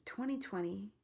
2020